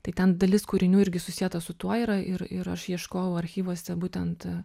tai ten dalis kūrinių irgi susieta su tuo yra ir ir aš ieškojau archyvuose būtent